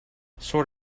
sort